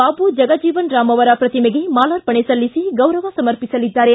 ಬಾಬು ಜಗಜೀವನ ರಾಂ ಅವರ ಪ್ರತಿಮೆಗೆ ಮಾಲಾರ್ಪಣೆ ಸಲ್ಲಿಸಿ ಗೌರವ ಸಮರ್ಪಿಸಲಿದ್ದಾರೆ